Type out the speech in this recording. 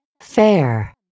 Fair